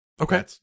okay